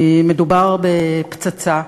מדובר בפצצה,